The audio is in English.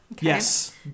Yes